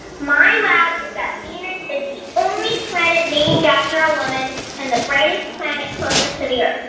my wow is that venus is the only planet named after a woman and the brightest planet closest to the earth